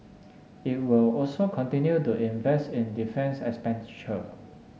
it will also continue to invest in defence expenditure